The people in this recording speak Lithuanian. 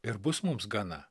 ir bus mums gana